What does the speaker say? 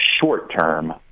short-term